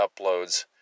uploads